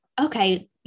okay